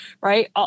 right